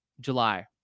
July